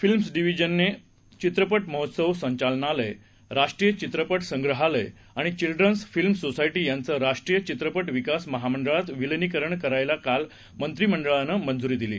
Films Division चित्रपटमहोत्सवसंचालनालय राष्ट्रीयचित्रपटसंग्रहालयआणिचिल्ड्रन्सफिल्म्ससोसायटीयांचंराष्ट्रीयचित्रपटविकासमहामंडळातविलिनीकरनकरायला कालमंत्रिमंडळानंमंजुरीदिली